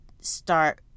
start